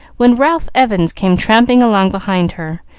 when ralph evans came tramping along behind her,